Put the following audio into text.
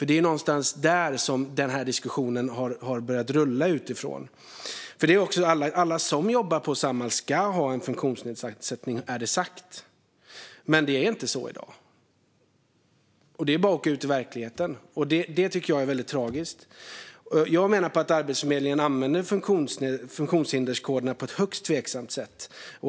Det är ju därifrån den här diskussionen har börjat rulla. Alla som jobbar på Samhall ska ha en funktionsnedsättning, är det sagt. Men så är det inte i dag. Det är bara att åka ut i verkligheten och se efter. Det tycker jag är väldigt tragiskt. Jag menar att Arbetsförmedlingen använder funktionshinderskoderna på ett högst tveksamt sätt.